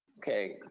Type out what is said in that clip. okay,